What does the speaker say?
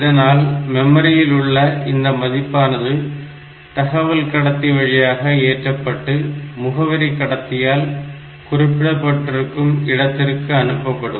இதனால் மெமரியில் உள்ள இந்த மதிப்பானது தகவல் கடத்தி வழியாக ஏற்றபட்டு முகவரி கடத்தியால் குறிப்பிடப்பட்டிருக்கும் இடத்திற்கு அனுப்பப்படும்